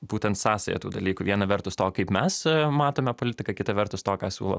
būtent sąsaja tų dalykų viena vertus to kaip mes matome politiką kita vertus to ką siūlo